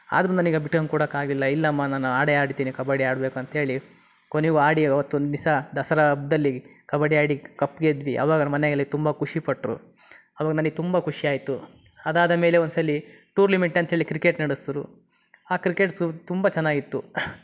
ಆದರೂ ನನಗೆ ಅ ಬಿಟ್ಕಂಡು ಕೊಡಕ್ಕೆ ಆಗಲಿಲ್ಲ ಇಲ್ಲಮ್ಮ ನಾನು ಆಡೇ ಆಡ್ತೀನಿ ಕಬಡ್ಡಿ ಆಡ್ಬೇಕು ಅಂತ ಹೇಳಿ ಕೊನೆಗೂ ಆಡಿ ಅವತ್ತೊಂದು ದಿವ್ಸ ದಸರಾ ಹಬ್ಬದಲ್ಲಿ ಕಬಡ್ಡಿ ಆಡಿ ಕ್ ಕಪ್ ಗೆದ್ವಿ ಅವಾಗ ಮನೆಯಲ್ಲಿ ತುಂಬ ಖುಷಿಪಟ್ಟರು ಅವಾಗ ನನಗೆ ತುಂಬ ಖುಷಿ ಆಯಿತು ಅದಾದಮೇಲೆ ಒಂದು ಸಲ ಟುರ್ಲಿಮೆಂಟ್ ಅಂತೇಳಿ ಕ್ರಿಕೆಟ್ ನಡೆಸಿದ್ರು ಆ ಕ್ರಿಕೆಟ್ ತುಂಬ ಚೆನ್ನಾಗಿತ್ತು